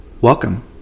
Welcome